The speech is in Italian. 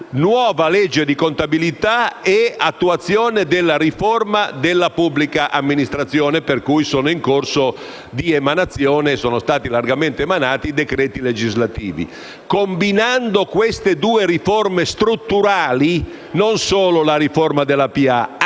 nuova legge di contabilità e l'attuazione della riforma della pubblica amministrazione, per cui sono stati largamente emanati decreti legislativi. La combinazione di queste due riforme strutturali (non solo la riforma della